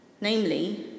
Namely